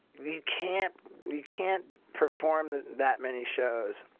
you can't you can't perform that that many shows?